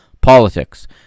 Politics